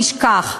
נשכח.